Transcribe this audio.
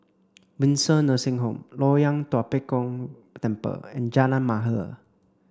Windsor Nursing Home Loyang Tua Pek Kong Temple and Jalan Mahir